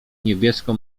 niebieską